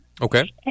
okay